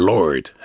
Lord